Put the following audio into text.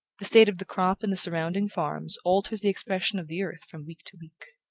the state of the crop in the surrounding farms alters the expression of the earth from week to week.